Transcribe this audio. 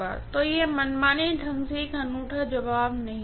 तो यह मनमाने ढंग से एक अनूठा जवाब नहीं होगा